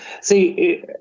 see